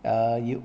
err you